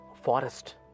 forest